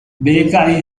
baker